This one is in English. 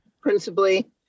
principally